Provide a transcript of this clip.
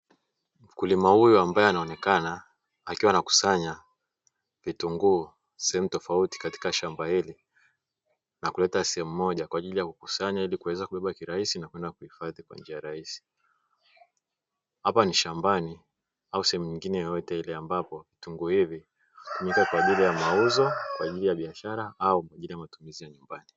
Mkulima huyu ambaye anaonekana, akiwa anakusanya vitunguu, sehemu tofauti katika shamba hili na kuleta sehemu moja, kwa ajili ya kukusanya ili kuweza kubebwa kirahisi na kwenda kuhifadhi kwa njia rahisi. Hapa ni shambani au sehemu nyingine yeyote, ambapo vitunguu hivi hutumika kwa ajili ya mauzo, kwa ajili ya biashara au kwa ajili ya matumizi ya nyumbani.